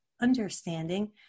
understanding